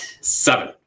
seven